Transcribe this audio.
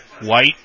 White